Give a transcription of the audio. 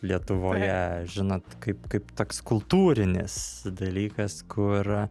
lietuvoje žinot kaip kaip toks kultūrinis dalykas kur